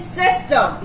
system